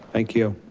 thank you.